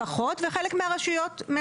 פחות וחלק יותר.